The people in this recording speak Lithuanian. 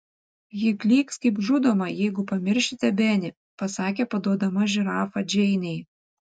ji klyks kaip žudoma jeigu pamiršite benį pasakė paduodama žirafą džeinei